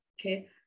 okay